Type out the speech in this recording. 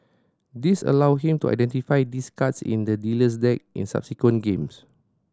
this allowed him to identify these cards in the dealer's deck in subsequent games